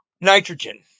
Nitrogen